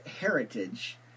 heritage